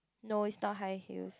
no it's not high heels